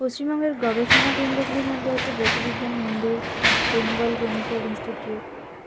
পশ্চিমবঙ্গের গবেষণা কেন্দ্রগুলির মধ্যে আছে Bose Vigyan Mandir Bengal chemical institute